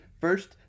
First